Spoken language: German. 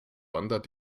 wandert